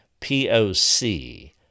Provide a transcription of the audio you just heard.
POC